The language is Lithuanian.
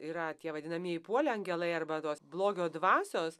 yra tie vadinamieji puolę angelai arba tos blogio dvasios